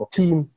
team